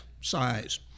size